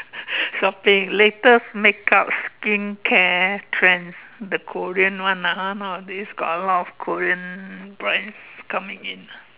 shopping latest makeup skincare trends the Korean one ah ha nowadays got a lot of Korean brands coming in